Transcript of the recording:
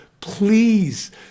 please